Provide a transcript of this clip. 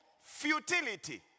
futility